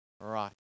right